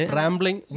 rambling